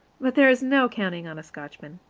but there is no counting on a scotchman.